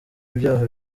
ibyaha